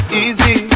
easy